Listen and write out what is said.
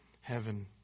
heaven